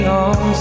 on